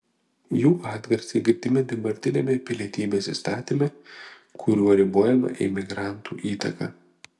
jų atgarsiai girdimi dabartiniame pilietybės įstatyme kuriuo ribojama imigrantų įtaka